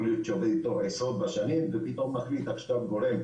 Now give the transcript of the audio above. יכול להיות שעובד איתו עשרות בשנים ופתאום מחליט עכשיו גורם,